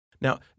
Now